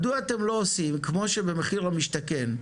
מדוע אתם לא עושים כמו שבמחיר למשתכן,